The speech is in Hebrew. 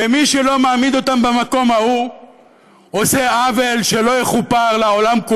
ומי שלא מעמיד אותם במקום ההוא עושה עוול שלא יכופר לעולם.